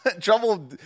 trouble